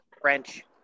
French